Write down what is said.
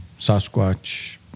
Sasquatch